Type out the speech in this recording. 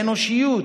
באנושיות,